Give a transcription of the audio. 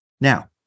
Now